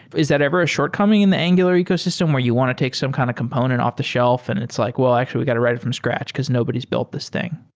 is that ever a shortcoming in the angular ecosystem where you want to take some kind of component off-the shelf and it's like, well, actually, we got to write it from scratch because nobody's built this thing.